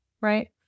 right